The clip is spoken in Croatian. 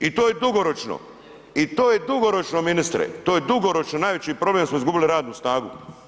I to je dugoročno i to je dugoročno ministre, to je dugoročno, najveći problem je da smo izgubili radnu snagu.